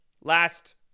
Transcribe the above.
last